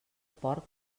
porc